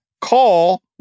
call